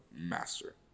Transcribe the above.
master